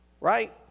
Right